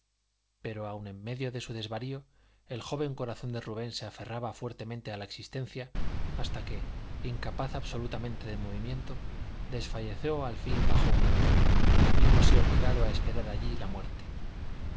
pero aun en medio de su desvarío el joven corazón de rubén se aferraba fuertemente a la existencia hasta que incapaz absolutamente de movimiento desfalleció al fin bajo un árbol viéndose obligado a esperar allí la muerte